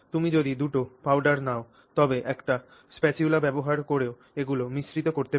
তুমি যদি 2 টি পাউডার নাও তবে একটি স্প্যাটুলা ব্যবহার করেও এগুলি মিশ্রিত করতে পার